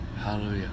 Hallelujah